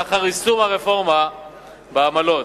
לאחר יישום הרפורמה בעמלות.